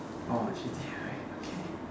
oh actually okay